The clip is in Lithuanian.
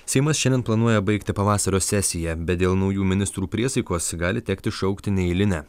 seimas šiandien planuoja baigti pavasario sesiją bet dėl naujų ministrų priesaikos gali tekti šaukti neeilinę